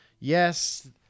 Yes